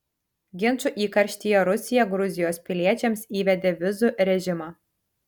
ginčų įkarštyje rusija gruzijos piliečiams įvedė vizų režimą